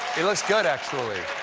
it looks good, actually.